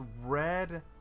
red